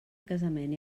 casament